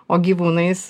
o gyvūnais